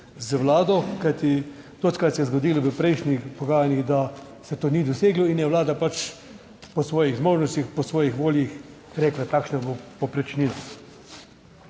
z Vlado, kajti dostikrat se je zgodilo v prejšnjih pogajanjih, da se to ni doseglo in je Vlada pač po svojih zmožnostih, po svoji volji rekla kakšna bo povprečnina.